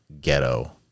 ghetto